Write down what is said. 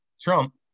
trump